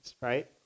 right